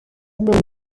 mewn